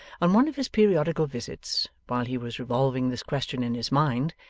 on one of his periodical visits, while he was revolving this question in his mind,